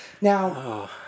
Now